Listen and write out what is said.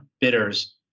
bidders